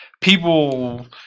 people